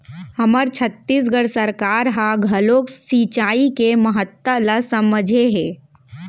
हमर छत्तीसगढ़ सरकार ह घलोक सिचई के महत्ता ल समझे हे